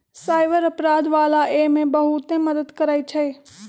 cyber अपराध वाला एमे बहुते मदद करई छई